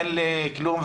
אין לי כלום.